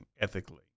ethically